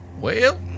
Well